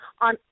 on